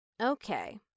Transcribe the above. Okay